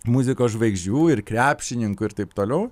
muzikos žvaigždžių ir krepšininkų ir taip toliau